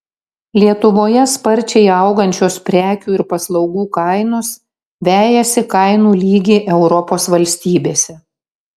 lietuvoje sparčiai augančios prekių ir paslaugų kainos vejasi kainų lygį europos valstybėse